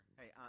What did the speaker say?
Hey